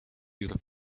your